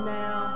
now